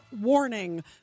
warning